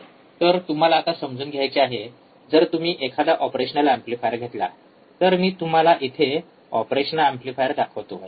तर तुम्हाला आता समजून घ्यायचे आहे जर तुम्ही एखादा ऑपरेशनल एंपलिफायर घेतला तर मी तुम्हाला इथे ऑपरेशनल एंपलिफायर दाखवतो आहे